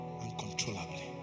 Uncontrollably